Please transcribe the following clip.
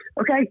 okay